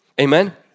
Amen